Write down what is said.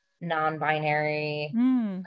non-binary